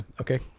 Okay